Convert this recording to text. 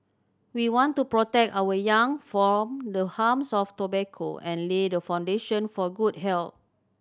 we want to protect our young from the harms of tobacco and lay the foundation for good health